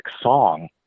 song